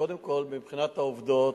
קודם כול, מבחינת העובדות,